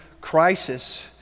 crisis